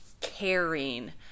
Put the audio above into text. caring